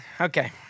Okay